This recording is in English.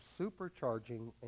supercharging